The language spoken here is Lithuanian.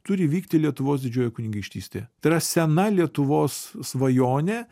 turi vykti lietuvos didžiojoj kunigaikštystėje tai yra sena lietuvos svajonė